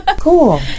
Cool